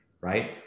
right